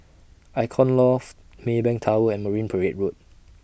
Icon Loft Maybank Tower and Marine Parade Road